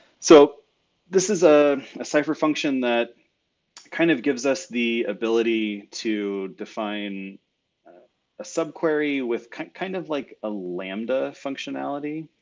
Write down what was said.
so this is ah a cipher function that kind of gives us the ability to define a subquery with kind kind of like a lambda functionality.